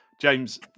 James